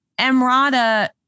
Emrata